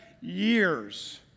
years